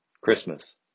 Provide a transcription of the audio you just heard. Christmas